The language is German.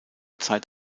zeit